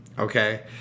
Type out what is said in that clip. Okay